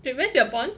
wait where's your bond